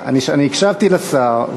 אני הקשבתי לשר,